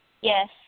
Yes